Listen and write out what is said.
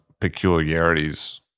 peculiarities